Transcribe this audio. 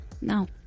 No